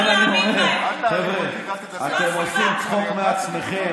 לכן, אני אומר: חבר'ה, אתם עושים צחוק מעצמכם.